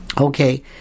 Okay